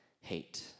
hate